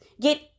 get